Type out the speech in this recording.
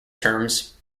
terms